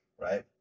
right